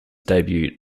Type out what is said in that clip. debut